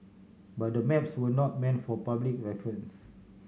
but the maps were not meant for public reference